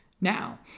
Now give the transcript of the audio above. now